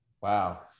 Wow